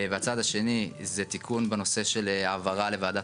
הצעד השני זה תיקון בנושא של העברה לוועדת